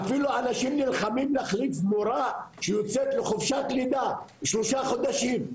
אפילו אנשים נלחמים להחליף מורה שיוצאת לחופשת לידה שלושה חודשים.